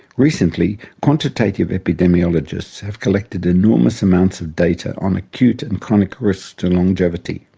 recently, quantitative epidemiologists have collected enormous amounts of data on acute and chronic risks to longevity.